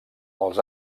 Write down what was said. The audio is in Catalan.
els